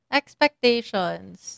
expectations